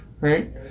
Right